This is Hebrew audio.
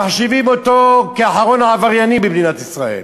ומחשיבים אותו כאחרון העבריינים במדינת ישראל.